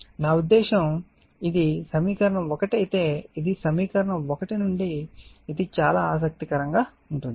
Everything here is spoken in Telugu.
నా ఉద్దేశ్యం ఇది సమీకరణం 1 అయితే ఇది సమీకరణం 1 నుండి ఇది చాలా ఆసక్తికరంగా ఉంటుంది